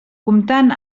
comptant